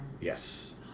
Yes